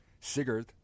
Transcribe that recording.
Sigurd